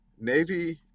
Navy